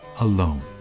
alone